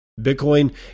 Bitcoin